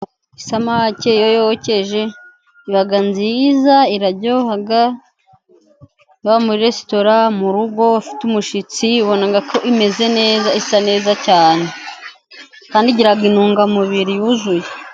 Isamake iyo yokeje, iba nziza iraryoha, muri resitora, mu rugo umushitsi, ubona ko imeze imeze neza, isa neza cyane. Kandi igira intungamubiri yuzuye.